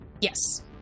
Yes